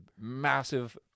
massive